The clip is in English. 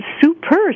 super